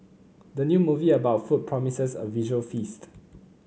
the new movie about food promises a visual feast